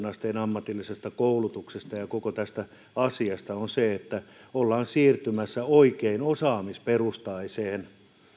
asteen ammatillisesta koulutuksesta ja ja koko tästä asiasta että ollaan siirtymässä oikein osaamisperustaiseen